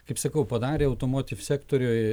kaip sakau padarė automotiv sektoriui